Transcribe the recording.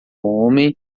homem